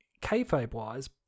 kayfabe-wise